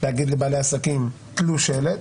להגיד לבעלי עסקים "תלו שלט",